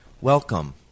Welcome